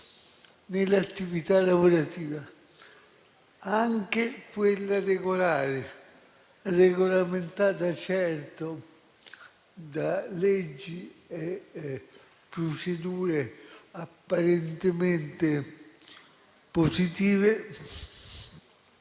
nell'attività lavorativa, anche quella regolare, regolamentata da leggi e procedure apparentemente positive.